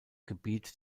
gebiet